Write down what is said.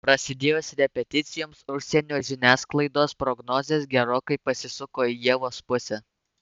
prasidėjus repeticijoms užsienio žiniasklaidos prognozės gerokai pasisuko į ievos pusę